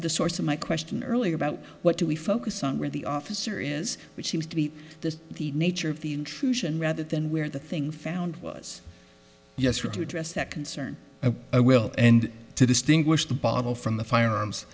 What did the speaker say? the source of my question earlier about what do we focus on where the officer is which seems to be the the nature of the intrusion rather than where the thing found was yes for to address that concern and i will and to distinguish the bottle from the firearms